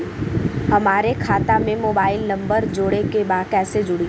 हमारे खाता मे मोबाइल नम्बर जोड़े के बा कैसे जुड़ी?